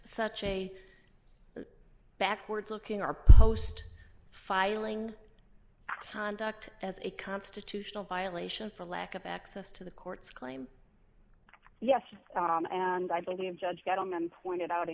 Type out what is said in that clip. such a backwards looking are post filing conduct as a constitutional violation for lack of access to the courts claim yes and i believe judge gettleman pointed out a